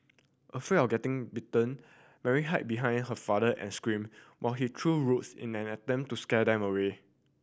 afraid of getting bitten Mary hide behind her father and screamed while he threw roots in an attempt to scare them away